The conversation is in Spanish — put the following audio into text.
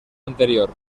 anterior